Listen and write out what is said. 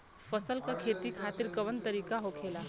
फसल का खेती खातिर कवन तरीका होखेला?